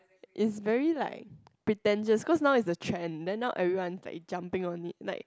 it's very like pretentious cause now is the trend then now everyone like is jumping on it like